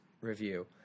review